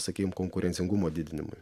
sakykim konkurencingumo didinimui